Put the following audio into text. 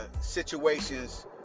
situations